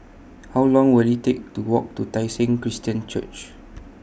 How Long Will IT Take to Walk to Tai Seng Christian Church